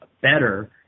better